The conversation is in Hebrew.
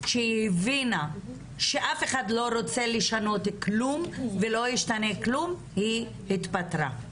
כשהיא הבינה שאף אחד לא רוצה לשנות כלום ולא ישתנה כלום היא התפטרה.